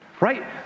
Right